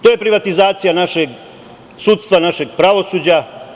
To je privatizacija našeg sudstva, našeg pravosuđa.